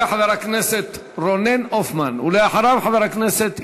במדיניות שלכם העוני הולך להיפתח והפערים הולכים לגדול,